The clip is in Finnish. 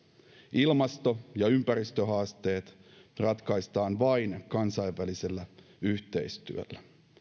ilmasto ja ympäristöhaasteet ratkaistaan vain kansainvälisellä yhteistyöllä